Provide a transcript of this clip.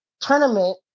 tournament